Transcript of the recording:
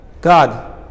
God